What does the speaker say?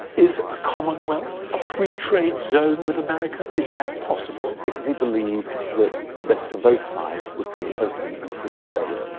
is a commonwealth, a free trade zone with america, is that possible? because he believed that the best for both sides would be open and free trade.